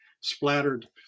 splattered